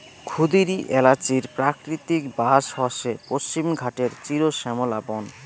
ক্ষুদিরী এ্যালাচির প্রাকৃতিক বাস হসে পশ্চিমঘাটের চিরশ্যামলা বন